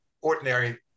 ordinary